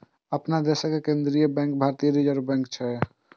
अपना देशक केंद्रीय बैंक भारतीय रिजर्व बैंक छियै